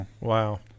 Wow